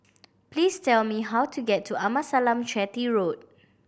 please tell me how to get to Amasalam Chetty Road